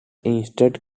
instead